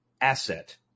asset